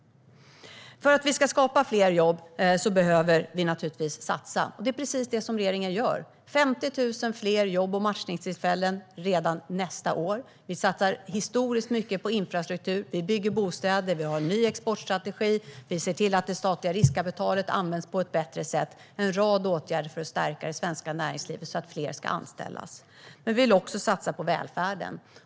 För att kunna skapa fler jobb behöver vi satsa. Det är precis vad regeringen gör. Det blir 50 000 fler jobb och matchningstillfällen redan nästa år. Vi satsar historiskt mycket på infrastruktur, vi bygger bostäder, vi har en ny exportstrategi, vi ser till att det statliga riskkapitalet används på ett bättre sätt och vi har en rad åtgärder för att stärka det svenska näringslivet så att fler anställs. Vi vill också satsa på välfärden.